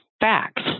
facts